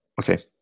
Okay